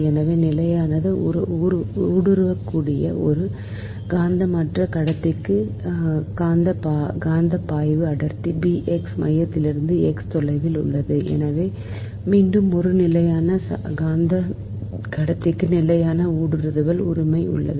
எனவே நிலையான ஊடுருவக்கூடிய ஒரு காந்தமற்ற கடத்திக்கு காந்தப் பாய்வு அடர்த்தி B x மையத்திலிருந்து x தொலைவில் உள்ளது எனவே மீண்டும் ஒரு நிலையான காந்தக் கடத்திக்கு நிலையான ஊடுருவல் உரிமை உள்ளது